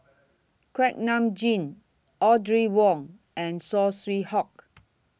Kuak Nam Jin Audrey Wong and Saw Swee Hock